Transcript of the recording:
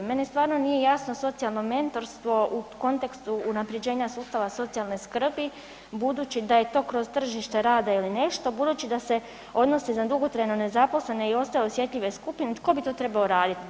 Meni stvarno nije jasno, socijalno mentorstvo u kontekstu unaprjeđenja sustava socijalne skrbi budući da je to kroz tržište rada ili nešto, budući da se odnosi na dugotrajno nezaposlene i ostale osjetljive skupine, tko bi to trebao raditi?